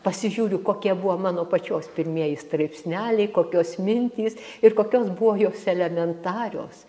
pasižiūriu kokie buvo mano pačios pirmieji straipsneliai kokios mintys ir kokios buvo jos elementarios